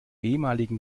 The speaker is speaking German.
ehemaligen